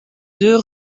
deux